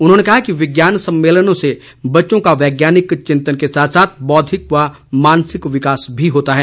उन्होंने कहा कि विज्ञान सम्मेलनों से बच्चों का वैज्ञानिक चिंतन के साथ साथ बौद्विक व मानसिक विकास होता है